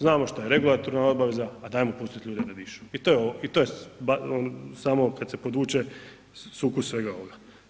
Znamo šta je regulatorna obveza, a dajmo pustiti ljude da dišu i to je samo kada se podvuče sukus svega ovoga.